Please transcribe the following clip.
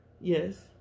Yes